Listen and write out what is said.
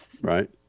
Right